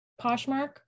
Poshmark